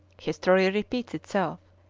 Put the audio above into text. history repeats itself.